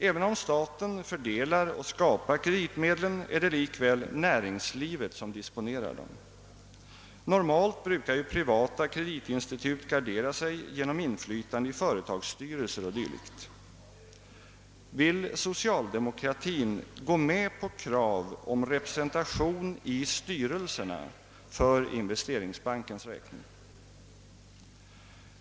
Även om staten fördelar och skapar kreditmedlen är det likväl näringslivet som disponerar dem. Normalt brukar ju privata kreditinstitut gardera sig genom inflytande i företagsstyrelser o. d. Vill socialdemokratin gå med på krav om representation i styrelserna för investeringsbankens räkning?